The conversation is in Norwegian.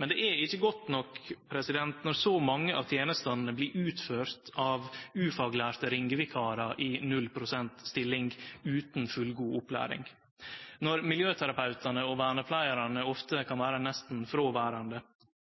Men det er ikkje godt nok når så mange av tenestene blir utførte av ufaglærte ringevikarar i null prosent stilling – utan fullgod opplæring – og når miljøterapeutane og vernepleiarane ofte kan vere nesten fråverande.